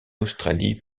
australie